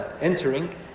entering